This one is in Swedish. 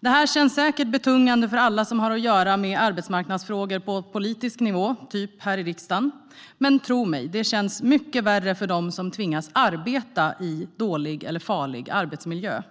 Det här känns säkert betungande för alla som har att göra med arbetsmarknadsfrågor på politisk nivå, som till exempel här i riksdagen. Men tro mig: Det känns mycket värre för dem som tvingas arbeta i dålig eller farlig arbetsmiljö.